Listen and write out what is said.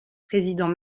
président